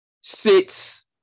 sits